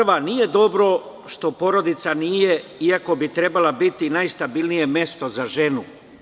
Prva – nije dobro što porodica nije, iako bi trebala biti najstabilnije mesto za ženu.